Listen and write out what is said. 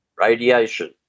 Radiation